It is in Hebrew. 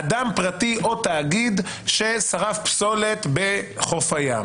אדם פרטי או תאגיד ששרף פסולת בחוף הים